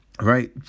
right